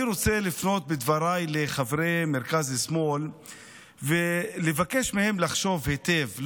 אני רוצה לפנות בדבריי לחברי מרכז-שמאל ולבקש מהם לחשוב היטב.